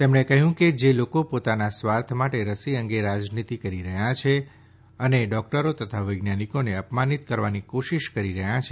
તેમણે કહ્યું કે જે લોકો પોતાનાં સ્વાર્થ માટે રસી અંગે રાજનીતી કરી રહ્યા છે અને ડોકટરો તથા વૈજ્ઞાનિકોને અપમાનિત કરવાની કોશીશ કરી રહ્યા છે